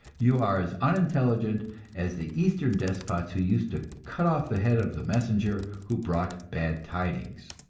you are as unintelligent as the eastern despots who used to cut off the head of the messenger who brought bad tidings.